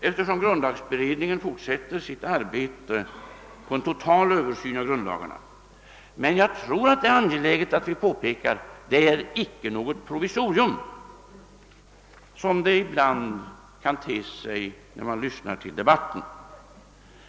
Eftersom grundlagberedningen fortsätter sitt arbete på en total översyn av grundlagarna är detta en partiell författningsrevision, men jag tror att det är angeläget att vi påpekar att det inte är något provisorium, som det ibland kan te sig när man lyssnar på debatten.